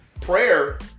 Prayer